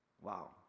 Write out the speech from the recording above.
Wow